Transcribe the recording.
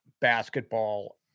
basketball